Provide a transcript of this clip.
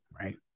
right